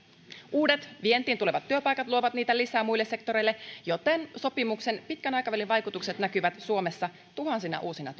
uudet vientiin tulevat työpaikat luovat niitä lisää muille sektoreille joten sopimuksen pitkän aikavälin vaikutukset näkyvät suomessa tuhansina uusina